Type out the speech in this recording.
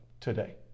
today